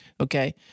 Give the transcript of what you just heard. okay